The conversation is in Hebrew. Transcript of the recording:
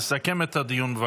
לסכם את הדיון.